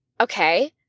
okay